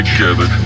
Together